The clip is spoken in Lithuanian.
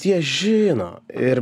t jie žino ir